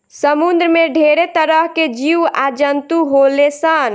समुंद्र में ढेरे तरह के जीव आ जंतु होले सन